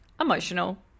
emotional